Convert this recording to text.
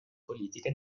politiche